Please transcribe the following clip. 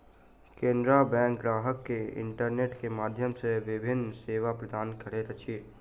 Canara bank ग्राहक के internet के माध्यम सॅ विभिन्न सेवा प्रदान करैत अछि